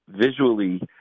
visually